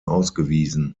ausgewiesen